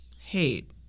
hate